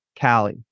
Callie